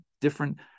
different